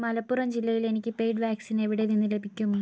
മലപ്പുറം ജില്ലയിൽ എനിക്ക് paid vaccine എവിടെ നിന്ന് ലഭിക്കും